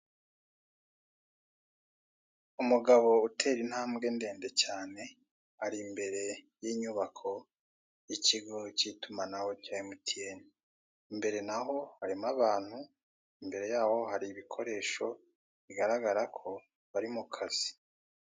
Umugabo utera intambwe ndende cyane ari imbere y'inyubako y'ikigo cy'itumanaho cya MTN. Imbere naho harimo abantu, imbere yaho hari ibikoresho bigaragara ko bari mu kazi.